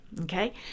okay